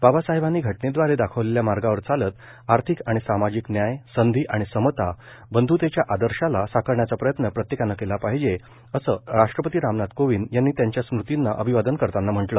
बाबासाहेबांनी घटनेदवारे दाखवलेल्या मार्गावर चालत आर्थिक आणि सामाजिक न्याय संधी आणि समता बंध्तेच्या आदर्शाला साकारण्याचा प्रयत्न प्रत्येकानं केला पाहिजे असं राष्ट्रपती रामनाथ कोविंद यांनी त्यांच्या स्मृतींना अभिवादन करताना म्हटलं